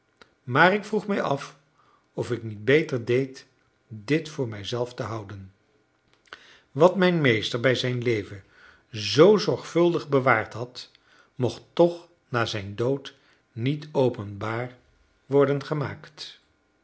maar ik vroeg mij af of ik niet beter deed dit voor mijzelf te houden wat mijn meester bij zijn leven zoo zorgvuldig bewaard had mocht toch na zijn dood niet openbaar worden gemaakt